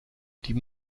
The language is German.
die